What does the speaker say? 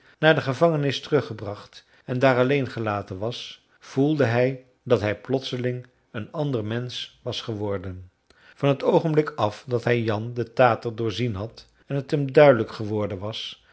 naar de gevangenis teruggebracht en daar alleen gelaten was voelde hij dat hij plotseling een ander mensch was geworden van het oogenblik af dat hij jan den tater doorzien had en t hem duidelijk geworden was